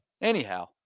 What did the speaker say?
anyhow